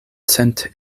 cent